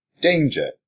danger